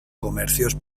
comercios